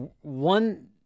one